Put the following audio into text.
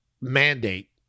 mandate